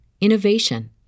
innovation